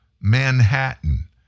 Manhattan